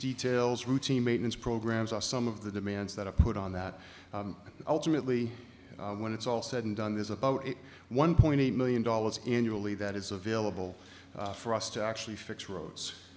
details routine maintenance programs are some of the demands that i put on that ultimately when it's all said and done there's about a one point eight million dollars annually that is available for us to actually fix roads